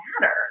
matter